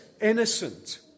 innocent